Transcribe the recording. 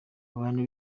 abantu